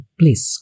please